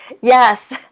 Yes